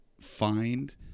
find